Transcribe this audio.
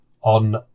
on